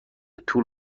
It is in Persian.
طول